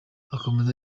akomeza